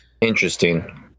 Interesting